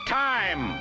time